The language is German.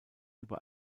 über